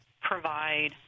provide